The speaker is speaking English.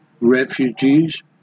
refugees